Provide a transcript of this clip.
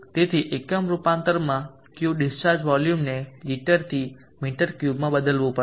તેથી એકમ રૂપાંતરમાં Q ડિસ્ચાર્જ વોલ્યુમને લિટરથી મીટર ક્યુબમાં બદલવું પડશે